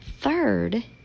third